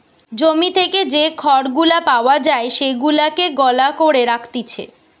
জমি থেকে যে খড় গুলা পাওয়া যায় সেগুলাকে গলা করে রাখতিছে